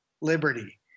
liberty